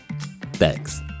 Thanks